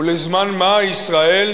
ולזמן מה ישראל,